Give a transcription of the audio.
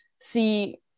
see